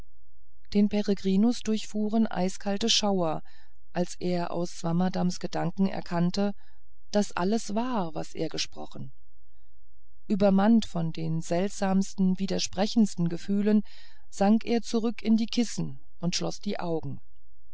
den peregrinus durchfuhren eiskalte schauer als er aus swammerdamms gedanken erkannte daß alles wahr was er gesprochen übermannt von den seltsamsten widersprechendsten gefühlen sank er zurück in die kissen und schloß die augen